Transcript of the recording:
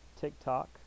TikTok